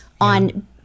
on